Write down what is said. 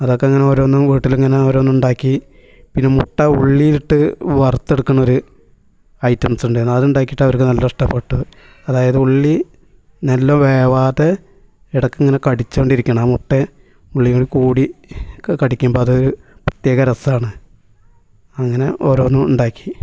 അതൊക്കെ ഞങ്ങൾ ഓരോന്നും വീട്ടിൽ ഇങ്ങനെ ഓരോന്നും ഉണ്ടാക്കി പിന്നെ മുട്ട ഉള്ളിയിൽ ഇട്ട് വറുത്തെടുക്കുന്ന ഒരു ഐറ്റംസ് ഉണ്ടേനു അത് ഉണ്ടാക്കിയിട്ട് അവർക്ക് നല്ല ഇഷ്ടപ്പെട്ടു അതായത് ഉള്ളി നല്ല വേവാതെ ഇടയ്ക്ക് ഇങ്ങനെ കടിച്ചുകൊണ്ടിരിക്കണം ആ മുട്ടയും ഉള്ളിയും കൂടെ കൂടി കടിക്കുമ്പോൾ അത് ഒരു പ്രത്യേക രസമാണ് അങ്ങനെ ഓരോന്നും ഉണ്ടാക്കി